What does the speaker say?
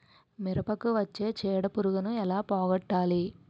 మిరపకు వచ్చే చిడపురుగును ఏల పోగొట్టాలి?